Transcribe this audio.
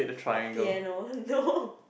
for piano no